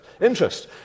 interest